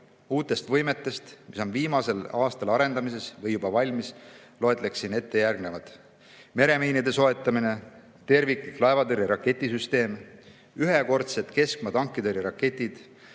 Uutest võimetest, mis on viimasel aastal olnud arendamisel või on juba valmis, loen ette järgnevad. Meremiinide soetamine, terviklik laevatõrje raketisüsteem, ühekordsed keskmaa tankitõrje raketid,